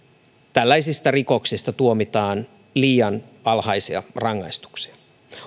tällaisista rikoksista tuomitaan liian alhaisia rangaistuksia